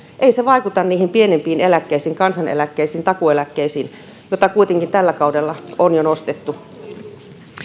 vaikuta niihin pienimpiin eläkkeisiin kansaneläkkeisiin takuueläkkeisiin joita kuitenkin tällä kaudella on jo nostettu